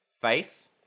faith